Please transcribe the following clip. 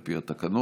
על פי התקנון.